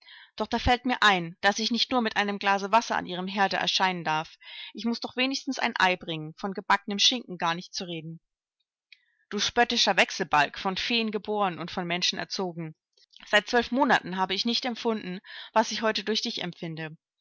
doch da fällt mir ein daß ich nicht nur mit einem glase wasser an ihrem herde erscheinen darf ich muß doch wenigstens ein ei bringen von gebackenem schinken gar nicht zu redend du spöttischer wechselbalg von feen geboren und von menschen erzogen seit zwölf monaten habe ich nicht empfunden was ich heute durch dich empfinde